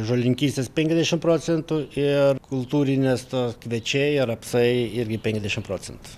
žolininkystės penkiasdešim procentų ir kultūrinės to kviečiai rapsai irgi penkiasdešim procentų